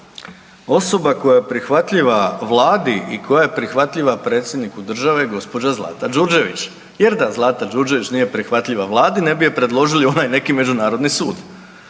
Osoba koja je prihvatljiva Vladi i koja je prihvatljiva predsjedniku države je gospođa Zlata Đurđević, jer da Zlata Đurđević nije prihvatljiva Vladi nebi je predložili, ona je neki međunarodni sud.